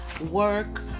work